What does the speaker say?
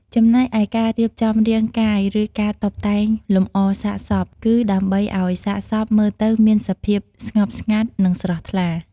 ចំណែកឯការរៀបចំរាងកាយ ឬការតុបតែងលម្អសាកសព គឺដើម្បីឱ្យសាកសពមើលទៅមានសភាពស្ងប់ស្ងាត់ និងស្រស់ថ្លា។